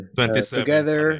together